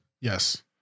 Yes